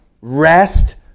rest